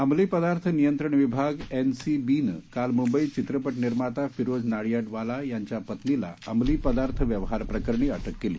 अंमली पदार्थ नियंत्रण विभाग एनसीबीनं काल मुंबईत चित्रपट निर्माता फिरोज नाडियाडवाला यांच्या पत्नीला अंमली पदार्थ व्यवहार प्रकरणी अटक केली